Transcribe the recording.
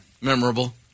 memorable